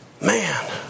Man